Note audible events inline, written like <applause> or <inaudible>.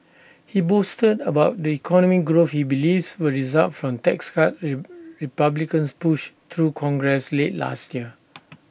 he boasted about the economic growth he believes will result from tax cuts <unintelligible> republicans pushed through congress late last year